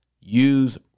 use